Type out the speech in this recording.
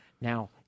Now